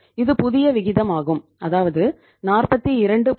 இது புதிய விகிதமாகும் அதாவது 42